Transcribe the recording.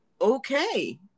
okay